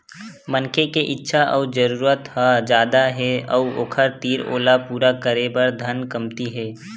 मनखे के इच्छा अउ जरूरत ह जादा हे अउ ओखर तीर ओला पूरा करे बर धन कमती हे